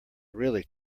really